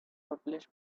publish